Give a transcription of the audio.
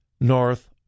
North